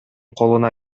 колуна